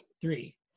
Three